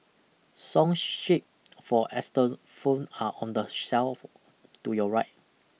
song sheet for xylophone are on the shelf to your right